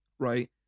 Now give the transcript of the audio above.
Right